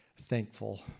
thankful